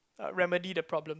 remedy the problems